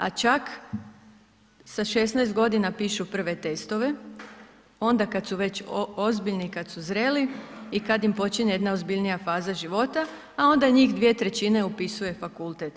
A čak sa 16 godina pišu prve testove onda kad su već ozbiljni i kad su zreli i kad im počinje jedna ozbiljnija faza života, a onda njih 2/3 upisuje fakultet.